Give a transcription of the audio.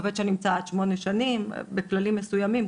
עובד שנמצא עד 8 שנים בכללים מסוימים,